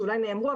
שאולי נאמרו,